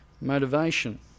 motivation